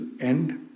end